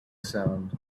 sound